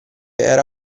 era